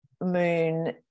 moon